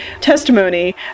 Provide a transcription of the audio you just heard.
testimony